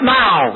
now